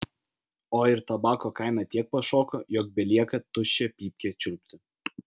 o ir tabako kaina tiek pašoko jog belieka tuščią pypkę čiulpti